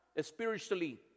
Spiritually